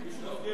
סגן שר?